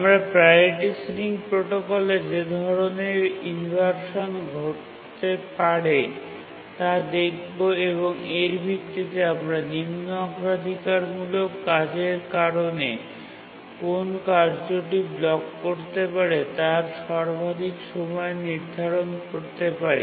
আমরা priority ceiling প্রোটোকলে যে ধরণের ইনভারসান ঘটতে পারে তা দেখবো এবং এর ভিত্তিতে আমরা নিম্ন অগ্রাধিকারমূলক কাজের কারণে কোন কার্যটি ব্লক করতে পারে তার সর্বাধিক সময় নির্ধারণ করতে পারি